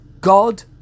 God